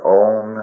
own